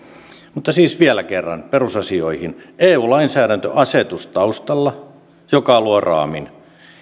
mutta siis vielä kerran perusasioihin on eu lainsäädäntöasetus taustalla joka luo raamin